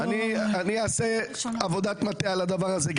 אני אעשה עבודת מטה על הדבר הזה,